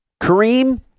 Kareem